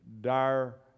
dire